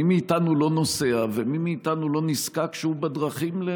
מי מאיתנו לא נוסע ומי מאיתנו לא נזקק לשירותים כשהוא בדרכים?